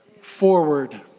forward